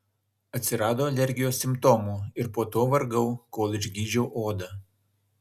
atsirado alergijos simptomų ir po to vargau kol išgydžiau odą